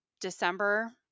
December